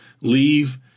leave